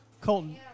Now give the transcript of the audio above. Colton